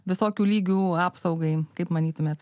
visokių lygių apsaugai kaip manytumėt